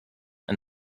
and